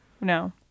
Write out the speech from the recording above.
No